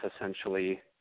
essentially